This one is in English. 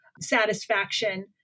satisfaction